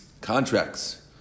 contracts